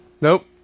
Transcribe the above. Nope